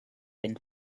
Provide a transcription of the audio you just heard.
been